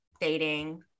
dating